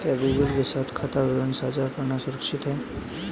क्या गूगल के साथ खाता विवरण साझा करना सुरक्षित है?